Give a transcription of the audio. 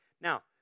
Now